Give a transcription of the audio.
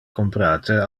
comprate